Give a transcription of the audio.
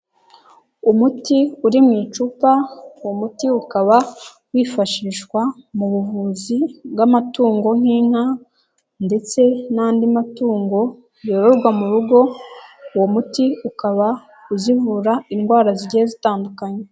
Umuti uri mu icupa umuti ukaba wifashishwa mu buvuzi bw'amatungo nk'inka, ndetse n'andi matungo yororwa mu rugo, uwo muti ukaba uzivura indwara zigiye zitandukanye.